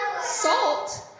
salt